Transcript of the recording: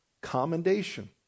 commendation